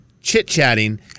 chit-chatting